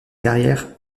carrière